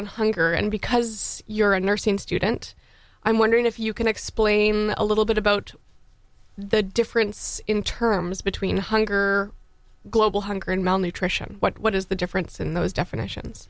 on hunger and because you're a nursing student i'm wondering if you can explain a little bit about the difference in terms between hunger global hunger and malnutrition what is the difference in those definitions